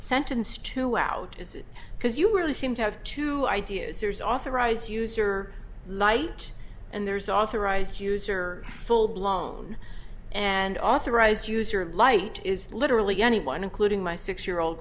sentenced to out is it because you really seem to have two ideas there's authorize user light and there's authorized user full blown and authorized user of light is literally anyone including my six year old